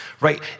right